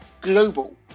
global